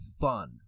fun